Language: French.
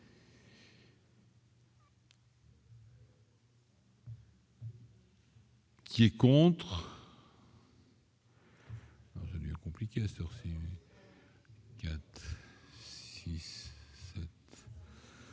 Qui est contre.